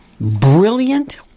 brilliant